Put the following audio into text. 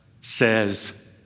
says